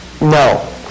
No